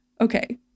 Okay